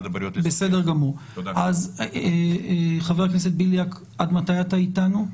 חבר הכנסת בליאק, עד מתי אתה איתנו?